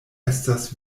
estas